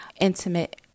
intimate